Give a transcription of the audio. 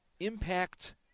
impact